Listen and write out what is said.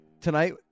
Tonight